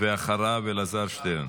אחריו, אלעזר שטרן.